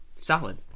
Solid